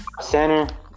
Center